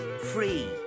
free